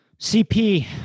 CP